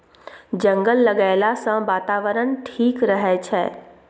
जंगल लगैला सँ बातावरण ठीक रहै छै